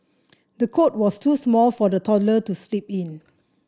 the cot was too small for the toddler to sleep in